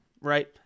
right